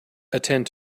attend